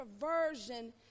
perversion